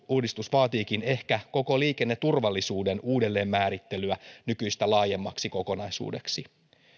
uudistus vaatiikin ehkä koko liikenneturvallisuuden uudelleenmäärittelyä nykyistä laajemmaksi kokonaisuudeksi